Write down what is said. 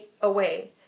away